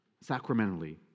sacramentally